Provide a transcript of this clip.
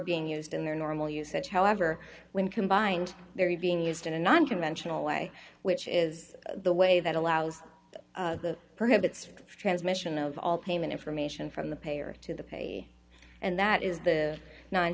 being used in their normal usage however when combined they're being used in a non conventional way which is the way that allows the prohibits transmission of all payment information from the payer to the payee and that is the n